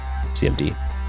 CMD